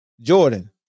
Jordan